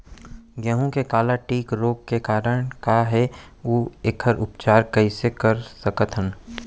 गेहूँ के काला टिक रोग के कारण का हे अऊ एखर उपचार कइसे कर सकत हन?